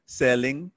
selling